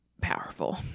powerful